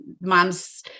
mom's